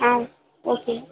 ஆ okay